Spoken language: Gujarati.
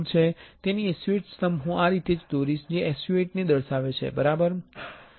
તેથી SU8 સ્તંભ હું આ રીતે જ દોરીશ જે SU8 ને દર્શાવે છે બરાબર